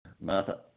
Martha